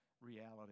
reality